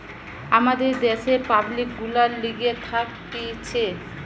আমাদের দ্যাশের পাবলিক গুলার লিগে থাকতিছে